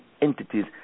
entities